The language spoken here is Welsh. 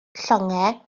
llongau